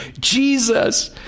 Jesus